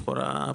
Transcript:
לכאורה,